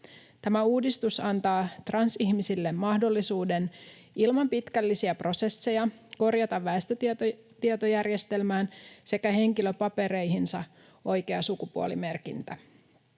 Tämä uudistus antaa transihmisille mahdollisuuden ilman pitkällisiä prosesseja korjata väestötietotietojärjestelmään sekä henkilöpapereihinsa oikea sukupuolimerkintä.